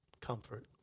comfort